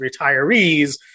retirees